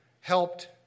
helped